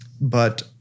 But-